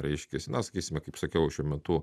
reiškiasi na sakysime kaip sakiau šiuo metu